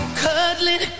cuddling